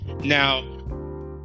now